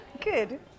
Good